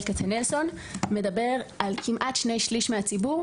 כצנלסון מדבר על כמעט שני שליש מהציבור,